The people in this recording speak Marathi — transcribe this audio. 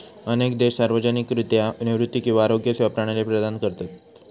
अनेक देश सार्वजनिकरित्या निवृत्ती किंवा आरोग्य सेवा प्रणाली प्रदान करतत